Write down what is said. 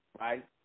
right